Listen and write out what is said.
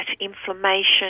inflammation